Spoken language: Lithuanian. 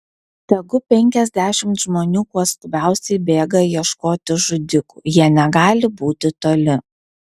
tegu penkiasdešimt žmonių kuo skubiausiai bėga ieškoti žudikų jie negali būti toli